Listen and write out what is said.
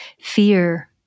Fear